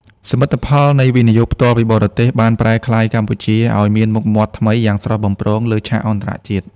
សមិទ្ធផលនៃ វិនិយោគផ្ទាល់ពីបរទេស បានប្រែក្លាយកម្ពុជាឱ្យមានមុខមាត់ថ្មីយ៉ាងស្រស់បំព្រងលើឆាកអន្តរជាតិ។